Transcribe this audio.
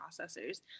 processors